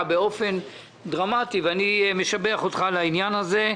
באופן דרמטי ואני משבח אותך על העניין הזה.